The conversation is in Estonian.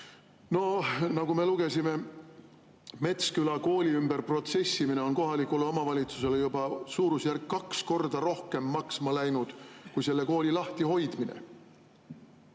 Nagu me lugesime, Metsküla kooli ümber protsessimine on kohalikule omavalitsusele juba suurusjärgus kaks korda rohkem maksma läinud kui selle kooli lahtihoidmine.